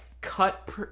cut